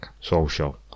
social